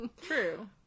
True